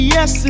Yes